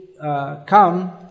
come